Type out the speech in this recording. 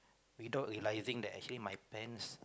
without realising that actually my pants